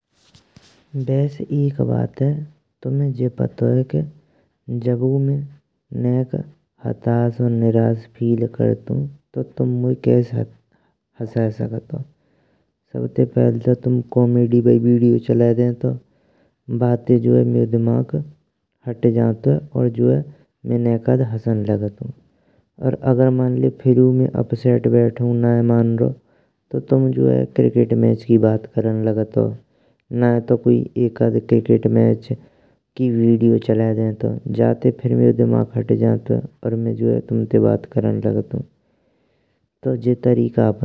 बैस्स एक बात है तुम्हे जी पातो के जवाब में निक हताश निराश फील करतौन, तो तुम मोयै कैस हसाइए सकत हो सबते पहले तो तुम कॉमेडी बाई वीडियो चलाएये देंतो। बाते जो है मेयो दिमाग हट जानतेयु और जो है में निकांड हसन लागतू और अगर फिरू में अपसेट बैठो हूँ, माय नैये मनरी तो तुम जयो क्रिकेट मैच की बात करन लागतों। नैये तो एक अध क्रिकेट मैच की वीडियो चलाएये देंतो जाते फिर मेयो दिमाग हट जंतुये और में जो है तुमते बात करन लागतूँ।